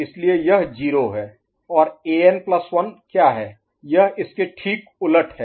इसलिए यह 0 है और An Plus 1 An1क्या है यह इसके ठीक उलट है